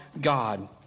God